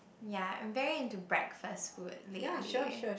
ya I'm there into breakfast food lately